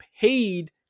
paid